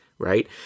right